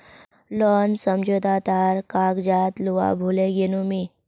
loan समझोता तार कागजात लूवा भूल ले गेनु मि